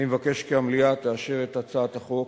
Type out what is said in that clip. אני מבקש שהמליאה תאשר את הצעת החוק,